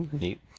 neat